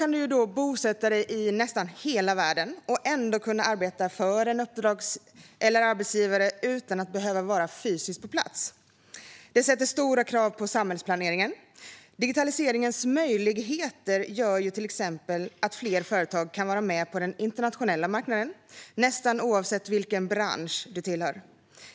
I dag kan du bosätta dig i nästan hela världen och arbeta för en uppdrags eller arbetsgivare utan att behöva vara på plats fysiskt. Det ställer stora krav på samhällsplaneringen. Digitaliseringens möjligheter gör till exempel att fler företag kan vara med på den internationella marknaden, nästan oavsett vilken bransch de tillhör.